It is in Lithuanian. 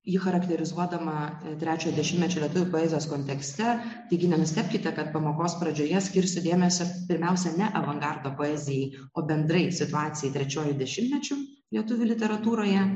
jį charakterizuodama trečio dešimtmečio lietuvių poezijos kontekste taigi nenustebkite kad pamokos pradžioje skirsiu dėmesio pirmiausia ne avangardo poezijai o bendrai situacijai trečiuoju dešimtmečiu lietuvių literatūroje